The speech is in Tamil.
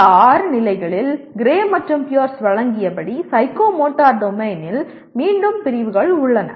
இந்த ஆறு நிலைகளில் கிரே மற்றும் பியர்ஸ் வழங்கியபடி சைக்கோமோட்டர் டொமைனில் மீண்டும் பிரிவுகள் உள்ளன